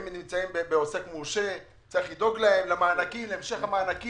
אם הם עוסק מורשה צריך לדאוג להם להמשך המענקים